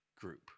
group